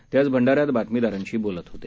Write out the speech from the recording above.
ते आज भंडाऱ्यात बातमीदारांशी बोलत होते